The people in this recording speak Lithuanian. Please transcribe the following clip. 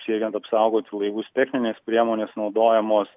siekiant apsaugoti laivus techninės priemonės naudojamos